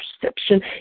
perception